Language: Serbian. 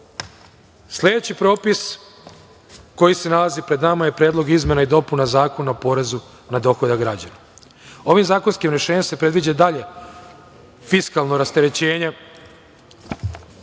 propis koji se nalazi pred nama je Predlog izmena i dopuna Zakona o porezu na dohodak građana. Ovim zakonskim rešenjem se predviđa dalje fiskalno rasterećenje